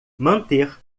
manter